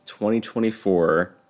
2024